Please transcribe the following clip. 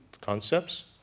concepts